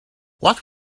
what